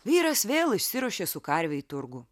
vyras vėl išsiruošė su karve į turgų